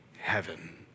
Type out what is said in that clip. heaven